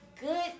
Good